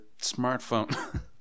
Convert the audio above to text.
smartphone